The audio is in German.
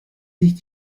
sich